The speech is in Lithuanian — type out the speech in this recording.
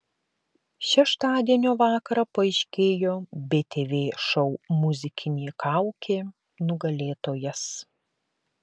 šeštadienio vakarą paaiškėjo btv šou muzikinė kaukė nugalėtojas